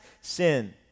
sin